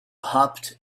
hopped